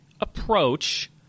approach